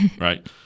Right